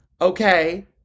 okay